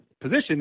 position